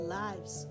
lives